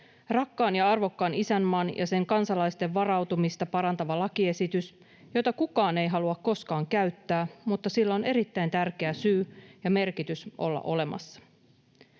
rakkaan ja arvokkaan isänmaan ja sen kansalaisten varautumista parantava lakiesitys, jota kukaan ei halua koskaan käyttää mutta jolla on erittäin tärkeä syy ja merkitys olla olemassa.